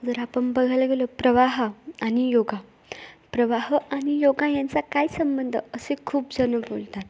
जर आपण बघायला गेलो प्रवाह आणि योगा प्रवाह आणि योगा यांचा काय संबंध असे खूप जणं बोलतात